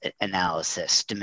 analysis